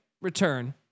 return